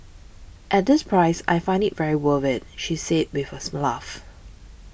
at this price I find it very worth it she said with a laugh